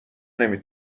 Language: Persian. نمی